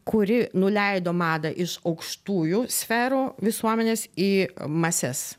kuri nuleido madą iš aukštųjų sferų visuomenės į mases